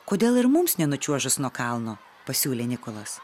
kodėl ir mums nenučiuožus nuo kalno pasiūlė nikolas